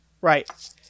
Right